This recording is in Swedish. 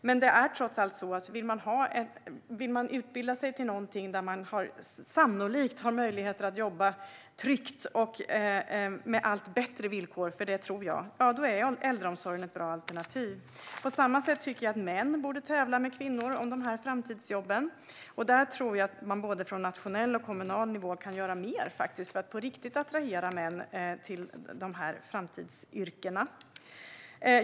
Men det är trots allt så att om man vill utbilda sig till någonting där man sannolikt har möjlighet att jobba tryggt och med allt bättre villkor, för det tror jag, då är äldreomsorgen ett bra alternativ. På samma sätt tycker jag att män borde tävla med kvinnor om dessa framtidsjobb. Där tror jag att man både på nationell och på kommunal nivå kan göra mer för att dessa framtidsyrken på riktigt ska attrahera män.